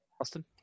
Austin